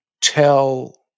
tell